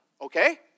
Okay